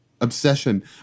obsession